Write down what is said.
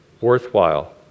worthwhile